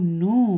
no